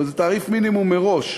זאת אומרת, זה תעריף מינימום מראש.